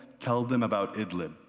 tell them about idlin.